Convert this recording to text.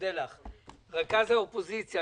רכז האופוזיציה,